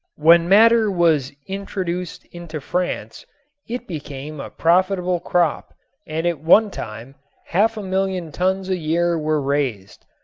when madder was introduced into france it became a profitable crop and at one time half a million tons a year were raised.